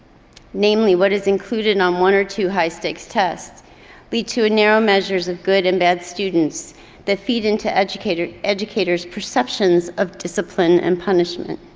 namely what is included on one or two high-stakes tests lead to a narrow measures of good and bad students that feed into educators' educators' perceptions of discipline and punishment.